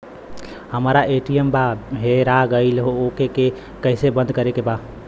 हमरा ए.टी.एम वा हेरा गइल ओ के के कैसे बंद करे के बा?